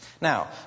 Now